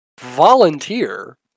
volunteer